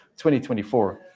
2024